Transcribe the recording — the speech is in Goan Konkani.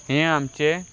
हें आमचें